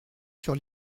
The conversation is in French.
sur